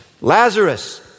Lazarus